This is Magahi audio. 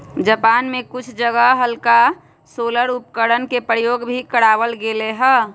जापान में कुछ जगह हल्का सोलर उपकरणवन के प्रयोग भी करावल गेले हल